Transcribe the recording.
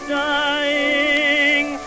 dying